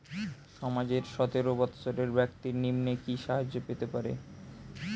সমাজের সতেরো বৎসরের ব্যাক্তির নিম্নে কি সাহায্য পেতে পারে?